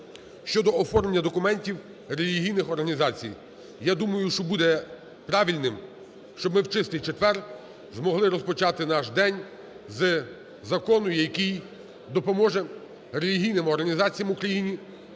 (щодо оформлення документів релігійних організацій). Я думаю, що буде правильним, щоб ми в Чистий четвер змогли розпочати наш день з закону, який допоможе релігійним організаціям України